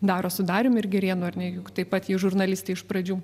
daro su darium ir girėnu ar ne juk taip pat ji žurnalistė iš pradžių